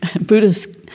Buddhist